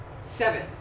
Seven